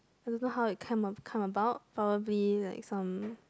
I don't know how it come a~ come about probably like some